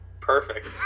Perfect